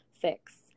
fix